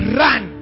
run